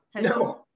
No